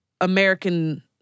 American